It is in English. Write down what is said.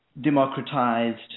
democratized